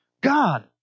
God